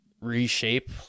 reshape